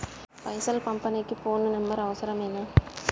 పైసలు పంపనీకి phone number అవసరమేనా?